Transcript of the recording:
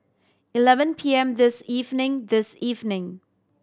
eleven P M this evening this evening